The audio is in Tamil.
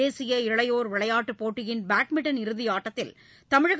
தேசிய இளையோர் விளையாட்டுப் போட்டியின் பேட்மிண்ட்டன் இறுதியாட்டத்தில் தமிழக